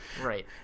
right